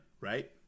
right